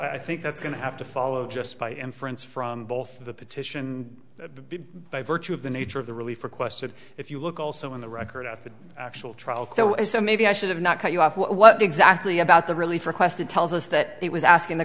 i think that's going to have to follow just by inference from both the petition by virtue of the nature of the relief requested if you look also in the record at the actual trial so maybe i should have not cut you off what exactly about the relief requested tells us that it was asking the